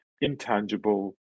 intangible